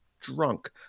drunk